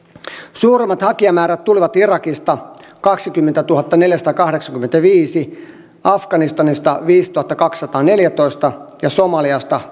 suurimmat hakijamäärät tulivat irakista kaksikymmentätuhattaneljäsataakahdeksankymmentäviisi afganistanista viisituhattakaksisataaneljätoista ja somaliasta